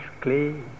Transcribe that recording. clay